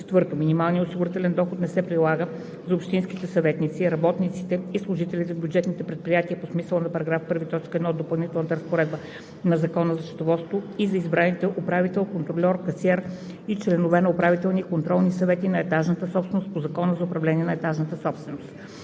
4. Минималният осигурителен доход не се прилага за общинските съветници, работниците и служителите в бюджетните предприятия по смисъла на § 1, т. 1 от допълнителната разпоредба на Закона за счетоводството и за избраните управител, контрольор, касиер и членовете на управителния и контролния съвет на етажната собственост по Закона за управление на етажната собственост.“